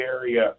area